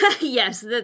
Yes